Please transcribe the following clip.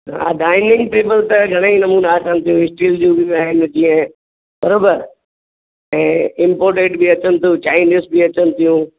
हा dining table त घणा ई नमूना अचनि थियूं स्टील जूं बि आहिनि ईअं बरोबरु ऐं इंपोर्टेड बि अचनि थियूं चाइनीज बि अचनि थियूं